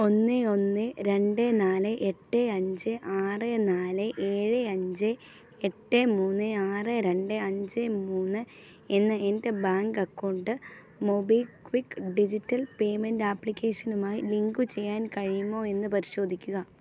ഒന്ന് ഒന്ന് രണ്ട് നാല് എട്ട് അഞ്ച് ആറ് നാല് ഏഴ് അഞ്ച് എട്ട് മൂന്ന് ആറ് രണ്ട് അഞ്ച് മൂന്ന് എന്ന എൻ്റെ bank account MobiKwik digital link ചെയ്യാൻ കഴിയുമോ എന്ന് പരിശോധിക്കുക